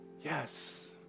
Yes